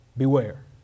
Beware